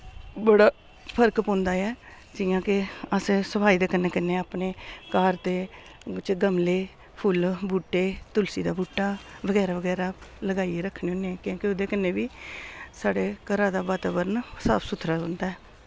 बड़ा फर्क पौंदा ऐ जि'यां के असें सफाई दे कन्नै कन्नै अपने घर दे बिच्च गमले फुल्ल बूह्टे तुलसी दा बूह्टा बगैरा बगैरा लगाइयै रक्खने होन्ने कैं कि ओह्दे कन्नै बी साढ़े घरा दा वातावरण साफ सुथरा रौंह्दा ऐ